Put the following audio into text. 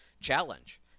challenge